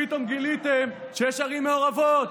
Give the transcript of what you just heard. פתאום גיליתם שיש ערים מעורבות.